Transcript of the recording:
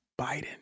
Biden